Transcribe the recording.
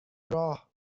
راه